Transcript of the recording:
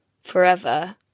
forever